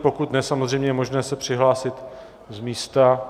Pokud ne, samozřejmě je možné se přihlásit z místa.